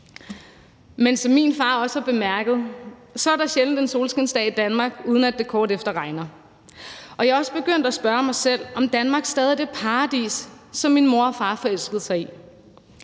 Men som min far også har bemærket, er der sjældent en solskinsdag i Danmark, uden at det kort efter regner, og jeg er også begyndt at spørge mig selv, om Danmark stadig er det paradis, som min mor og far forelskede sig i.